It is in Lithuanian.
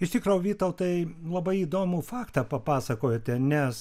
iš tikro vytautai labai įdomų faktą papasakojote nes